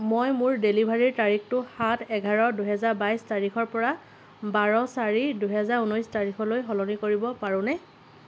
মই মোৰ ডেলিভাৰীৰ তাৰিখটো সাত এঘাৰ দুহেজাৰ বাইছ তাৰিখৰ পৰা বাৰ চাৰি দুহেজাৰ ঊনৈছ তাৰিখলৈ সলনি কৰিব পাৰোঁনে